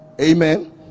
amen